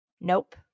Nope